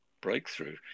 breakthrough